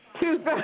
Two